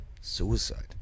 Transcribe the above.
suicide